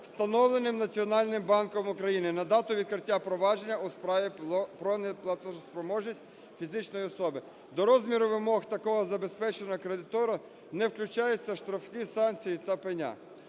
встановленим Національним банком України на дату відкриття провадження у справі про неплатоспроможність фізичної особи. До розміру вимог такого забезпеченого кредитора не включаються штрафні санкції та пеня.